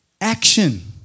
action